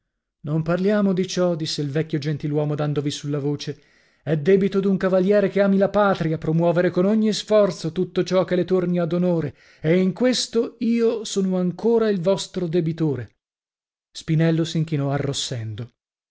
non parliamo di ciò disse il vecchio gentiluomo dandovi sulla voce è debito d'un cavaliere che ami la patria promuovere con ogni sforzo tutto ciò che le torni ad onore e in questo io sono ancora il vostro debitore spinello s'inchinò arrossendo